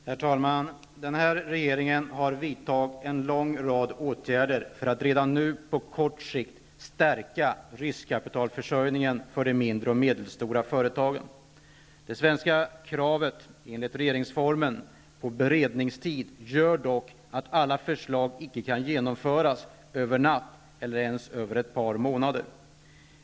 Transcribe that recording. Herr talman! Denna regering har vidtagit en lång rad åtgärder för att redan nu på kort sikt stärka riskkapitalförsörjningen för de mindre och medelstora företagen. Kravet i den svenska regeringsformen på beredningstid gör dock att alla förslag icke kan genomföras över en natt eller ens på ett par månader.